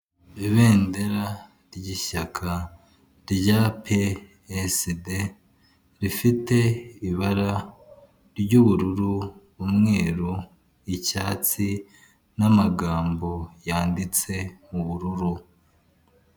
Ibendera ryishyaka rya PSD rifite ibara ry'ubururu, umweru, icyatsi n'amagambo yanditse mu ubururu.